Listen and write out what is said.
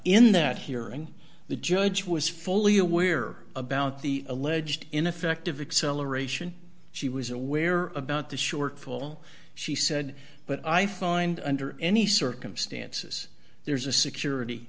in that hearing the judge was fully aware about the alleged ineffective acceleration she was aware about the shortfall she said but i thought under any circumstances there's a security